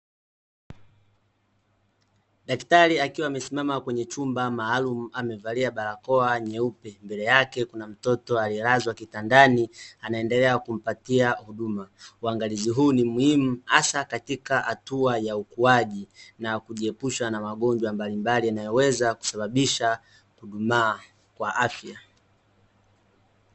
Daktari akiwa amesimama kwenye chumba maalumu amevalia barakoa nyeupe, mbele yake kuna mtoto aliyelazwa kitandani anaendelea kumpatia huduma. Uangalizi huu ni muhimu hasa katika hatua ya ukuaji na kujiepusha na magonjwa mbalimbali yanayoweza kusababisha kudumaa kwa afya.